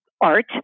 art